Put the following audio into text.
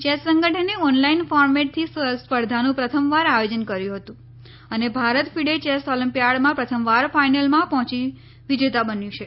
chess સંગઠને online ફોર્મેટથી સ્પર્ધાનું પ્રથમવાર આયોજન કર્યું હતું અને ભારત ફિડે ચેસ ઓલિમ્પિયાડમાં પ્રથમવાર ફાઈનલમાં પહોંચી વિજેતા બન્યું છે